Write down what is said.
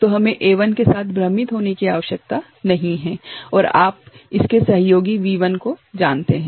तो हमें A1 के साथ भ्रमित होने की आवश्यकता नहीं है और आप इसके सहयोगी V1 को जानते हैं